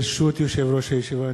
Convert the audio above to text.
ברשות יושב-ראש הישיבה,